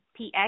PX